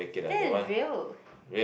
that's real